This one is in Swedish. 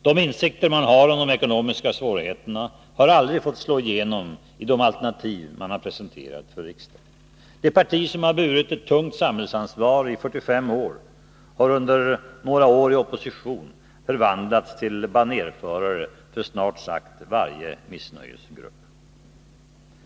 De insikter man har om de ekonomiska svårigheterna har aldrig fått slå igenom i de alternativ man presenterat för riksdagen. Det parti som burit ett tungt samhällsansvar i 45 år har under några år i opposition förvandlats till banérförare för snart sagt varje missnöjesgrupp.